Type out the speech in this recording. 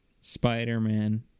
Spider-Man